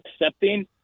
accepting